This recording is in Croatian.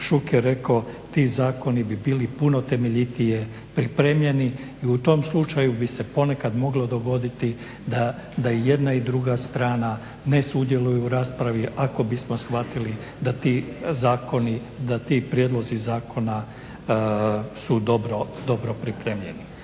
Šuker rekao, ti zakoni bi bili puno temeljitije pripremljeni i u tom slučaju bi se ponekad moglo dogoditi da jedna i druga strana ne sudjeluju u raspravi ako bismo shvatili da ti prijedlozi zakoni su dobro pripremljeni.